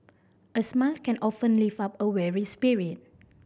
a smile can often lift up a weary spirit